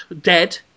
dead